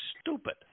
stupid